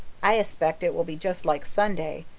i espect it will be just like sunday,